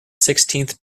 sixteenth